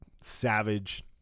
savage